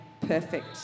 perfect